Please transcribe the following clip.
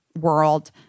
world